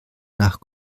nach